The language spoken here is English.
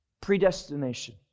predestination